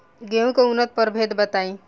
गेंहू के उन्नत प्रभेद बताई?